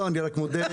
אני מודה נקודתית.